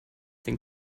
den